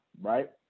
Right